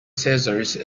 scissors